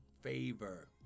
Favor